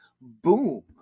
boom